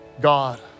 God